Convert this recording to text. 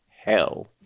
hell